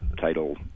title